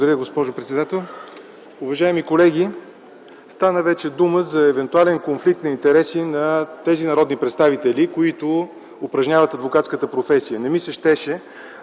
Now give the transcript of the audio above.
Уважаема госпожо председател, уважаеми колеги! Вече стана дума за евентуален конфликт на интереси на тези народни представители, упражняващи адвокатската професия. Не ми се